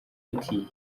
ati